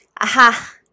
Aha